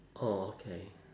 orh okay